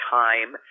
time